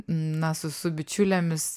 na su su bičiulėmis